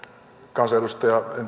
kansanedustaja